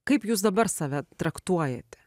kaip jūs dabar save traktuojate